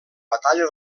batalla